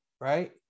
right